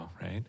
right